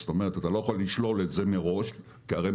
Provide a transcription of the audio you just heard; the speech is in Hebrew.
זאת אומרת אתה לא יכול לשלול את זה מראש כי הרי